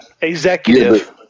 executive